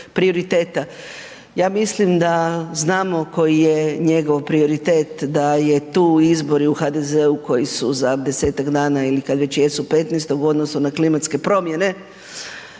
prioriteta, ja mislim da znamo koji je njegov prioritet da je tu izbori u HDZ-u koji su za 10-tak dana ili kad već jesu 15.-tog u odnosu na klimatske promjene